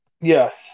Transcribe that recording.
Yes